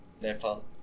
Nepal